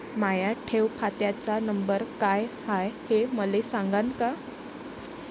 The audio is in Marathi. माया ठेव खात्याचा नंबर काय हाय हे मले सांगान का?